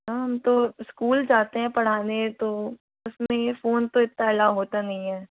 हम तो स्कूल जाते है पढ़ाने तो उसमें ये फोन तो इतना अलाउ होता नहीं है